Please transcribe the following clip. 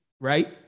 right